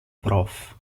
prof